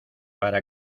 para